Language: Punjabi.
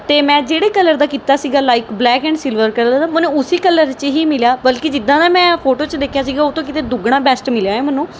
ਅਤੇ ਮੈਂ ਜਿਹੜੇ ਕਲਰ ਦਾ ਕੀਤਾ ਸੀਗਾ like black and silver colour ਦਾ ਮੈਨੂੰ ਉਸੀ ਕਲਰ 'ਚ ਹੀ ਮਿਲਿਆ ਬਲਕਿ ਜਿੱਦਾਂ ਦਾ ਮੈਂ ਫੋਟੋ 'ਚ ਦੇਖਿਆ ਸੀਗਾ ਉਹ ਤੋਂ ਕਿਤੇ ਦੁੱਗਣਾ ਬੈਸਟ ਮਿਲਿਆ ਹੈ ਮੈਨੂੰ